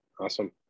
awesome